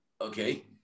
okay